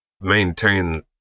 maintain